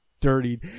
Dirty